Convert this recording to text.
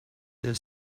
there